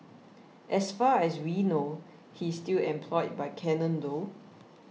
as far as we know he's still employed by Canon though